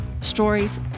stories